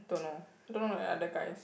don't know don't know leh other guys